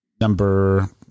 number